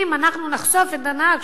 אם אנחנו נחשוף את הנהג,